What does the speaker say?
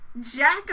jack